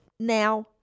Now